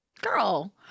Girl